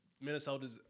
Minnesota's